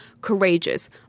courageous